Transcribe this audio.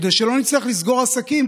כדי שלא נצטרך לסגור עסקים,